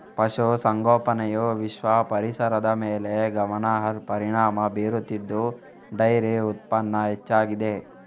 ಪಶು ಸಂಗೋಪನೆಯು ವಿಶ್ವ ಪರಿಸರದ ಮೇಲೆ ಗಮನಾರ್ಹ ಪರಿಣಾಮ ಬೀರುತ್ತಿದ್ದು ಡೈರಿ ಉತ್ಪನ್ನ ಹೆಚ್ಚಾಗಿದೆ